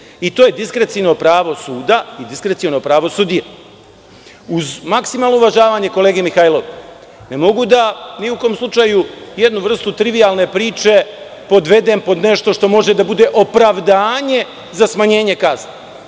i to je diskreciono pravo suda i diskreciono pravo sudija. Uz maksimalno uvažavanje kolege Mihajlova, ne mogu da ni u kom slučaju jednu vrstu trivijalne priče podvedem pod nešto što može da bude opravdanje za smanjenje kazne.